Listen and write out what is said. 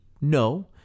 No